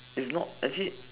is not actually